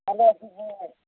hello ꯁꯤꯕꯨ